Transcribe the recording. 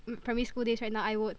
my primary school days right now I would